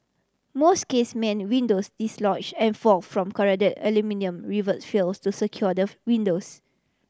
most casement windows dislodge and fall from corroded aluminium rivet fails to secure windows